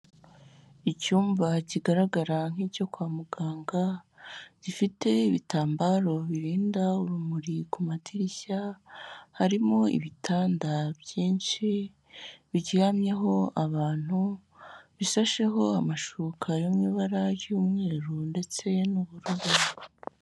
Icyumba kigaragara nk'icyo kwa muganga gifite ibitambaro birinda urumuri ku madirishya, harimo ibitanda byinshi biryamyeho abantu bishasheho amashuka yo mu ibara ry'umweru ndetse n'ubururu.